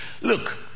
Look